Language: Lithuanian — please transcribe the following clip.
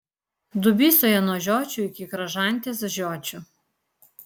dubysoje nuo žiočių iki kražantės žiočių